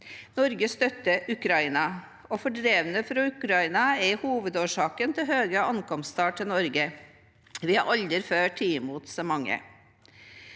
Norge støtter Ukraina, og fordrevne fra Ukraina er hovedårsaken til høye ankomsttall til Norge. Vi har aldri før tatt imot så mange.